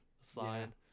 sign